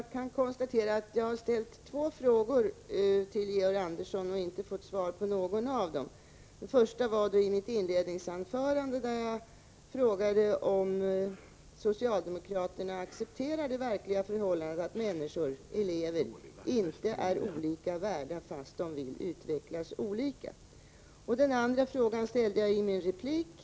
Herr talman! Jag har ställt två frågor till Georg Andersson, men har inte fått svar på någon av dem. Den första frågan ställde jag i mitt inledningsanförande. Jag frågade om socialdemokraterna accepterade det verkliga förhållandet, att människor — elever — inte är olika värda därför att de vill utvecklas olika. Den andra frågan ställde jag i min replik.